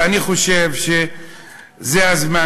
ואני חושב שזה הזמן,